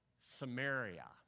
Samaria